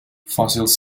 fossils